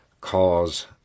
cause